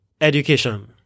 education